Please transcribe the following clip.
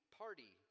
party